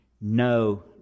No